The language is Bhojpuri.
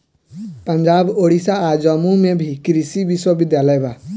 पंजाब, ओडिसा आ जम्मू में भी कृषि विश्वविद्यालय बा